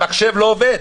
המחשב לא עובד,